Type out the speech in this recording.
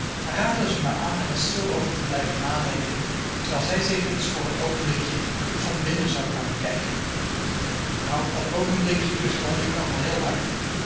en raadde ze me aan er eens stil over te blijven nadenken terwijl zij zich eens voor een oogenblikje van binnen zou gaan bekijken nou dat oogenblikje duurt gewoonlijk nogal heel lang